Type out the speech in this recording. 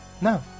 No